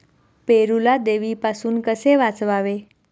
पेरूला देवीपासून कसे वाचवावे?